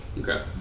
Okay